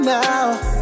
now